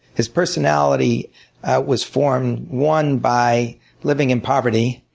his personality was formed one by living in poverty.